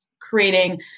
creating